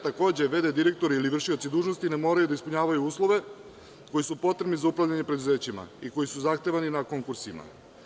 Takođe, v.d. direktori ili vršioci dužnosti ne moraju da ispunjavaju uslove koji su potrebni za upravljanje preduzećima i koji su zahtevani na konkursima.